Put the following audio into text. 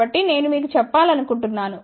కాబట్టి నేను మీకు చెప్పాలనుకుంటున్నాను